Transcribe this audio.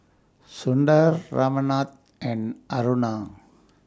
Sundar Ramnath and Aruna